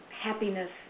happiness